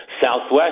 Southwest